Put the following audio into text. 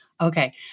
okay